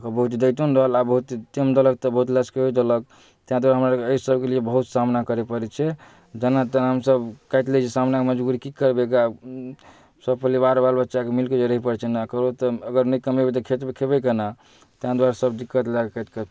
बहुत दैतो नहि रहल आ बहुत टाइम देलक तऽ बहुत लसकैयो देलक ताहि दुआरे हमरा आरके एहि सबके लिए बहुत सामना करै परै छै जेना तेना हमसब काटि लै छी सामनेमे मजबूरी की करबै ग सब परिवार बाल बच्चाके मिलके रहे परै छै ने ककरो तऽ अगर नहि कमेबै तऽ खेबै केना तै दुआरे सब दिक्कत काइट कऽ